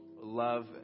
love